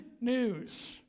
news